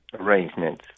arrangements